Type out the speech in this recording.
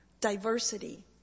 diversity